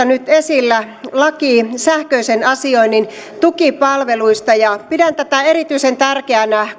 nyt esillä laki sähköisen asioinnin tukipalveluista ja pidän tätä erityisen tärkeänä